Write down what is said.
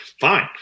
fine